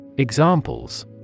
Examples